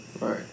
Right